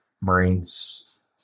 Marines